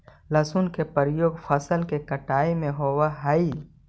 हसुआ के प्रयोग फसल के काटे में होवऽ हई